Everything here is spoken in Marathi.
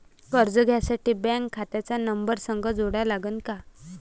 कर्ज घ्यासाठी बँक खात्याचा नंबर संग जोडा लागन का?